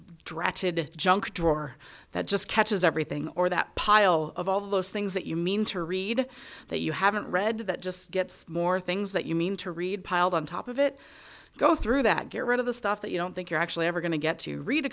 dratted junk drawer that just catches everything or that pile of all those things that you mean to read that you haven't read that just gets more things that you mean to read piled on top of it go through that get rid of the stuff that you don't think you're actually ever going to get to read a